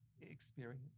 experience